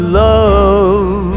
love